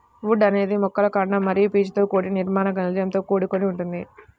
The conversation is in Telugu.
వుడ్ అనేది మొక్కల కాండం మరియు పీచుతో కూడిన నిర్మాణ కణజాలంతో కూడుకొని ఉంటుంది